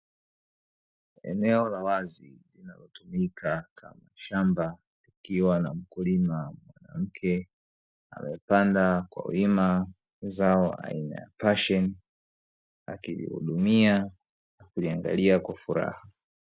Eneo la wazi linalotumika kama shamba, likiwa na mkulima mwanamke amepanda kwa wima zao aina ya pasheni akilihudumia na kuliangalia kwa furaha.